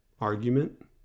argument